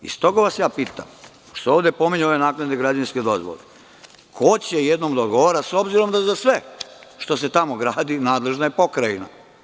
Stoga vas pitam, pošto ovde pominju one naknadne građevinske dozvole – ko će jednom da odgovara, s obzirom da za sve što se tamo gradi nadležna je pokrajina?